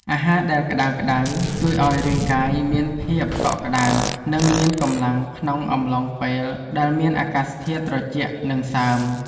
អាហារដែលក្ដៅៗជួយឱ្យរាងកាយមានភាពកក់ក្តៅ និងមានកម្លាំងក្នុងអំឡុងពេលដែលមានអាកាសធាតុត្រជាក់និងសើម។